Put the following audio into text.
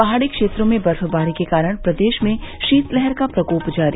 पहाड़ी क्षेत्रों में बर्फबारी के कारण प्रदेश में शीतलहर का प्रकोप जारी